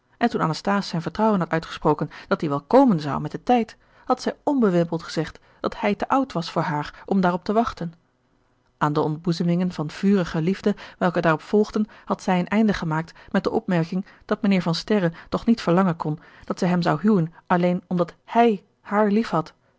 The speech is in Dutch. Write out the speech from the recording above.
en toen anasthase zijn vertrouwen had uitgesproken dat die wel komen zou met den tijd had zij onbewimpeld gezegd dat hij te oud was voor haar om daarop te wachten aan de ontboezemingen van vurige liefde welke daarop volgden had zij een einde gemaakt met de opmerking dat mijnheer van sterren toch niet verlangen kon dat zij hem zou huwen alleen omdat hij haar lief